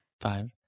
five